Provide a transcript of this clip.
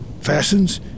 Fastens